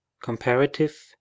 comparative